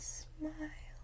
smile